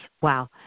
Wow